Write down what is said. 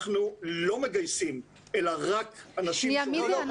אנחנו לא מגייסים אלא רק אנשים --- מי זה אנחנו?